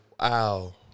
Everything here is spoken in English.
wow